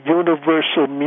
universal